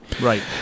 Right